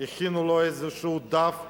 הכינו לו איזה דף,